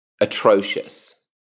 atrocious